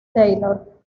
taylor